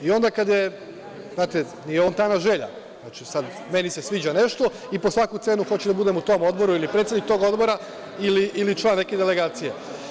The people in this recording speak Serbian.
I onda kada je, znate, nije ovo fontana želja, znači sad meni se sviđa nešto i po svaku cenu hoću da budem u tom odboru ili predsednik tog odbora ili član neke delegacije.